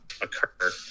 occur